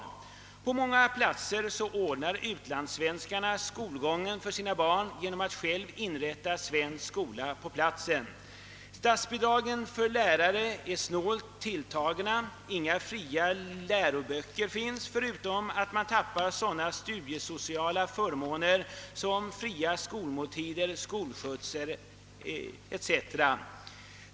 På en del platser ordnar u-landssvenskarna skolgången för sina barn genom att själva inrätta en svensk skola. Men statsbidragen till lärare är snålt tilltagna, inga fria läroböcker finns, och därtill kommer att man tappar sådana studiesociala förmåner som fria skolmåltider, skolskjutsar etc.